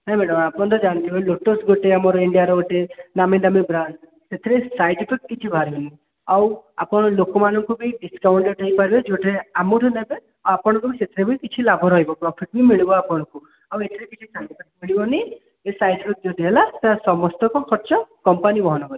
ନାଇଁ ମ୍ୟାଡ଼ାମ୍ ଆପଣ ତ ଜାଣିଥିବେ ଲୋଟସ୍ ଗୋଟେ ଆମର ଇଣ୍ଡିଆର ଗୋଟେ ନାମିଦାମୀ ବ୍ରାଣ୍ଡ୍ ସେଥିରେ ସାଇଡ଼୍ ଇଫେକ୍ଟ୍ କିଛି ବାହାରିବନି ଆଉ ଆପଣ ଲୋକମାନଙ୍କୁ ବି ଡ଼ିସ୍କାଉଣ୍ଟ୍ ରେଟ୍ରେ ଦେଇପାରିବେ ଯେଉଁଥିରେ ଆମଠୁ ନେବେ ଆଉ ଆପଣଙ୍କର ବି ସେଇଥିରେ ବି କିଛି ଲାଭ ରହିବ ପ୍ରଫିଟ୍ ବି ମିଳିବ ଆପଣଙ୍କୁ ଆଉ ଏଥିରେ କିଛି ସାଇଡ଼୍ ଇଫେକ୍ଟ୍ ମିଳିବନି କି ସାଇଡ଼୍ ଇଫେକ୍ଟ୍ ଯଦି ହେଲା ତ ସମସ୍ତଙ୍କ ଖର୍ଚ୍ଚ କମ୍ପାନୀ ବହନ କରିବ